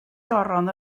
goron